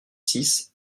six